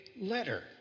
letter